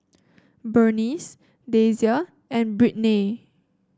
Bernice Dasia and Brittnay